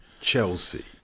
Chelsea